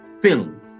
film